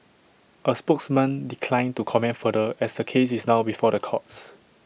A spokesman declined to comment further as the case is now before the courts